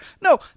No